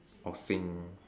or sing